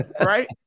right